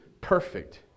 perfect